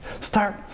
Start